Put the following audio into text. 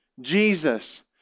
Jesus